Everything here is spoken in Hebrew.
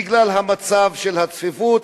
בגלל המצב של הצפיפות,